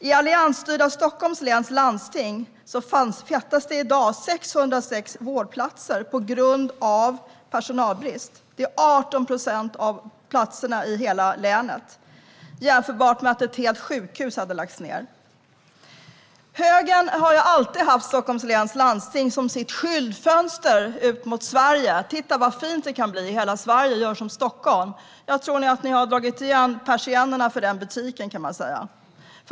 I alliansstyrda Stockholms läns landsting fattas i dag 606 vårdplatser på grund av personalbrist. Det är 18 procent av alla vårdplatser i hela länet och är jämförbart med om ett helt sjukhus hade lagts ned. Högern har alltid haft Stockholms läns landsting som sitt skyltfönster mot Sverige. Titta vad fint det kan bli i hela Sverige! Gör som Stockholm! Nu har ni nog dragit igen persiennerna för den butiken.